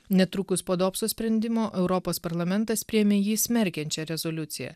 netrukus po dopso sprendimo europos parlamentas priėmė jį smerkiančią rezoliuciją